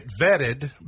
vetted